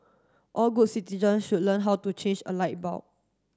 all good citizen should learn how to change a light bulb